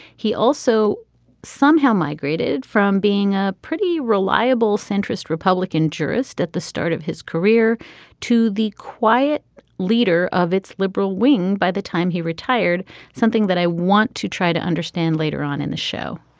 he also somehow migrated from being a pretty reliable centrist republican jurist at the start of his career to the quiet leader of its liberal wing. by the time he retired something that i want to try to understand later on in the show.